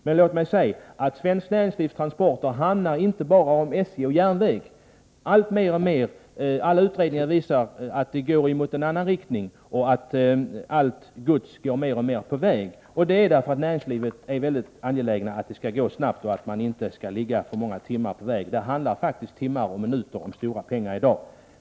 Men svenskt näringslivs transporter handlar inte bara om SJ och järnvägen — alla utredningar visar att utvecklingen går i en annan riktning och att godset mer och mer transporteras på väg. Det är därför att näringslivet är angeläget att det skall gå snabbt och att det inte skall vara på väg alltför många timmar — timmar och minuter betyder i dag faktiskt stora pengar.